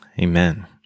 Amen